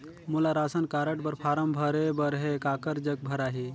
मोला ration card बर form भरे बर हे काकर जग भराही?